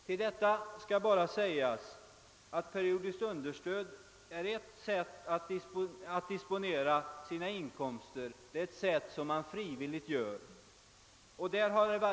Till detta skall bara sägas att periodiskt understöd är ett sätt att disponera sina inkomster, ett sätt som man frivilligt väljer.